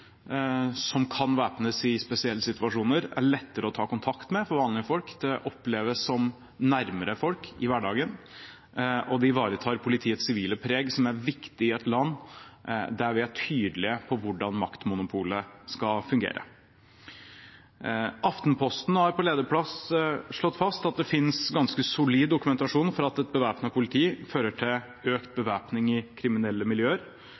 som kan væpnes i spesielle situasjoner, er lettere å ta kontakt med for vanlige folk. Det oppleves som nærmere folk i hverdagen, og det ivaretar politiets sivile preg, som er viktig i et land der vi er tydelige på hvordan maktmonopolet skal fungere. Aftenposten har på lederplass slått fast at det finnes ganske solid dokumentasjon for at bevæpnet politi fører til økt bevæpning i kriminelle miljøer.